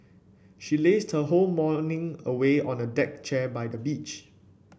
she lazed her whole morning away on a deck chair by the beach